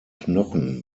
knochen